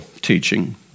teaching